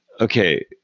okay